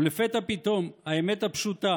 ולפתע פתאום, האמת הפשוטה